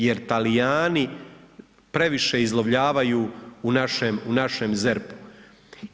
Jer Talijani previše izlovljavaju u našem ZERP-u.